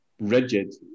rigid